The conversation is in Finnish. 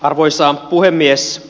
arvoisa puhemies